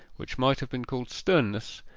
which might have been called sternness,